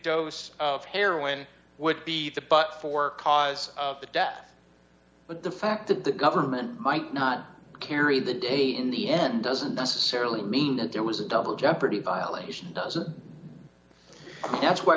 dose of heroin would be the but for cause of the death but the fact that the government might not carry the day in the end doesn't necessarily mean that there was a double jeopardy violation doesn't that's why